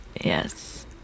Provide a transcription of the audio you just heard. Yes